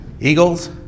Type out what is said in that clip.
Eagles